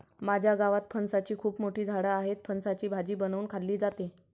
माझ्या गावात फणसाची खूप मोठी झाडं आहेत, फणसाची भाजी बनवून खाल्ली जाते